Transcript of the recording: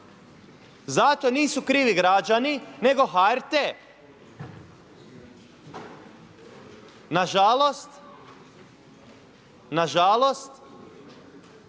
Za to nisu krivi građani nego HRT. Nažalost, nažalost